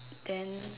then